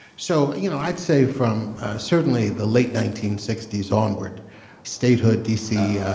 so you know i'd say from certainly the late nineteen sixty s onward statehood d c.